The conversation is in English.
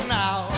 now